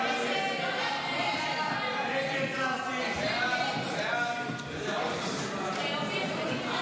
חוק הדרכונים (תיקון מס' 10), התשפ"ג 2023,